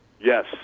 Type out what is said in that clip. Yes